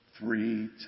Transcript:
three